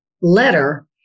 letter